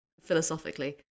philosophically